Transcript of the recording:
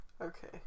okay